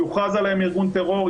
יוכרז עליהם ארגון טרור.